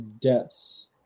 depths